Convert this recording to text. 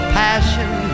passion